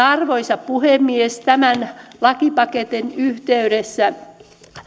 arvoisa puhemies tämän lakipaketin yhteydessä